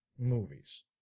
Movies